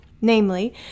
namely